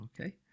Okay